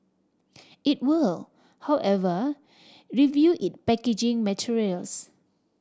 it will however review it packaging materials